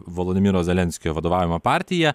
volodymyro zelenskio vadovaujama partija